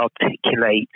articulate